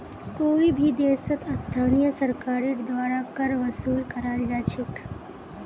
कोई भी देशत स्थानीय सरकारेर द्वारा कर वसूल कराल जा छेक